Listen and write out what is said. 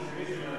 מי זה?